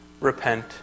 repent